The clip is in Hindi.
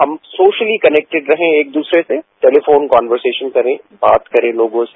हम सोशली कनेक्टेड रहें एक दूसरे से टेलीफोन कन्वर्सेसन करें बात करें लोगों से